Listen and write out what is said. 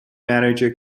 manager